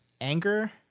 anger